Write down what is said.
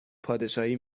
پادشاهی